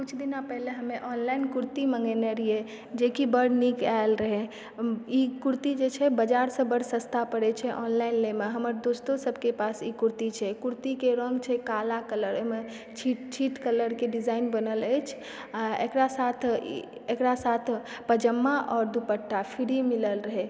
कुछ दिना पहिले हमे ऑनलाइन कुर्ती मँगेने रहियै जेकि बड्ड नीक आयल रहै ई कुर्ती जे छै से बजारसँ बड्ड सस्ता पड़ैत छै ऑनलाइन लयमे हमर दोस्तोसभकेँ पास ई कुर्ती छै ई कुर्तीके रङ्ग छै काला कलर ओहिमे छीट छीट कलरके डिजाइन बनल अछि आ एकरा साथ एकरा साथ पजामा आओर दुपट्टा फ्री मिलल रहय